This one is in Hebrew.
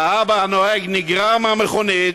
האבא הנוהג נגרר מהמכונית,